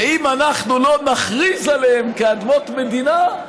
ואם אנחנו לא נכריז עליהן כאדמות מדינה,